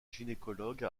gynécologue